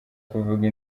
kuvuga